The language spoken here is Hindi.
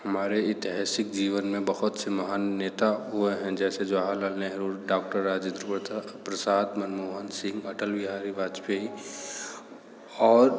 हमारे ऐतिहासिक जीवन में बहुत से महान नेता हुए हैं जैसे जवाहरलाल नेहरू डॉक्टर राजेंद्र प्रसाद प्रसाद मनमोहन सिंह अटल बिहारी वाजपेई और